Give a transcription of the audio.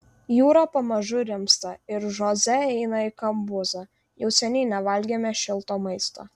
jūra pamažu rimsta ir žoze eina į kambuzą jau seniai nevalgėme šilto maisto